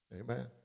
Amen